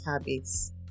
habits